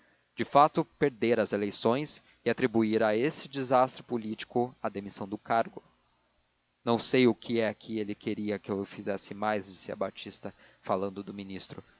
de fato perdera as eleições e atribuía a esse desastre político a demissão do cargo não sei o que é que ele queria que eu fizesse mais dizia batista falando do ministro